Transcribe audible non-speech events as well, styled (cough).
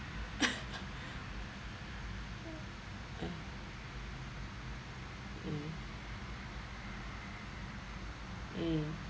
(laughs) mm mm